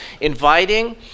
inviting